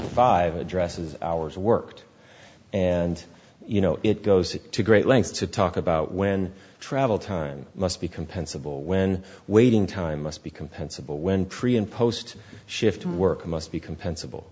five addresses hours worked and you know it goes to great lengths to talk about when travel time must be compensable when waiting time must be compensable when pre and post shift work must be comp